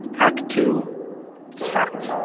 act two tzfat.